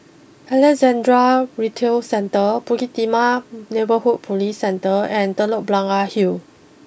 Alexandra Retail Centre Bukit Timah Neighbourhood police Centre and Telok Blangah Hill